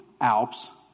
Alps